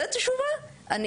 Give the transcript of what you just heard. באמת?